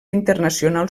internacional